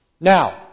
Now